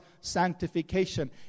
sanctification